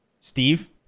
Steve